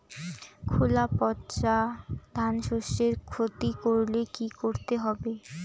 খোলা পচা ধানশস্যের ক্ষতি করলে কি করতে হবে?